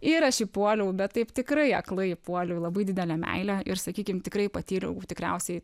ir aš įpuoliau bet taip tikrai aklai puoliau į labai didelę meilę ir sakykim tikrai patyriau tikriausiai